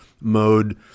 mode